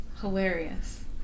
Hilarious